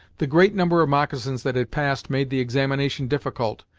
the great number of moccasins that had passed made the examination difficult,